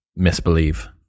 misbelieve